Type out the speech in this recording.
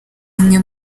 umwe